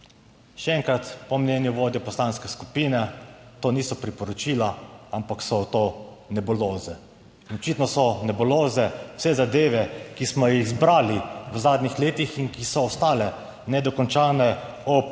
Še enkrat, po mnenju vodje poslanske skupine to niso priporočila, ampak so to nebuloze in očitno so nebuloze vse zadeve, ki smo jih zbrali v zadnjih letih in ki so ostale nedokončane ob